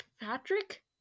patrick